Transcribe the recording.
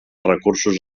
recursos